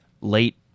late